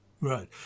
Right